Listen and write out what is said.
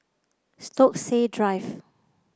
Stokesay Drive